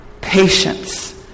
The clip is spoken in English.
patience